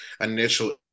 initial